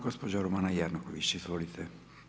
Gospođa Romana Jerković, izvolite.